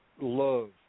love